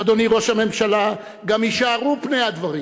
אדוני ראש הממשלה, גם יישארו פני הדברים.